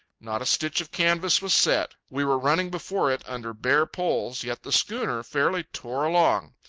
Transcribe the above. not a stitch of canvas was set. we were running before it under bare poles, yet the schooner fairly tore along.